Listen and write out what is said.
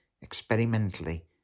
experimentally